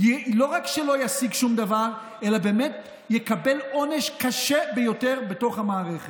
לא רק שלא ישיג שום דבר אלא יקבל עונש קשה ביותר בתוך המערכת.